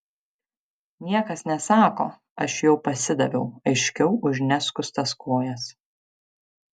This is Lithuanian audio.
niekas nesako aš jau pasidaviau aiškiau už neskustas kojas